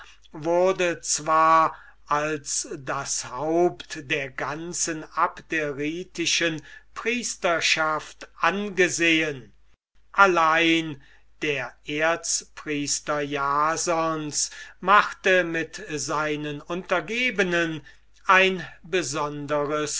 wurde zwar als das haupt der ganzen abderitischen priesterschaft angesehen allein der erzpriester jasons stand nicht unter ihm sondern machte mit seinen untergebenen ein besonderes